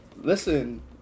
listen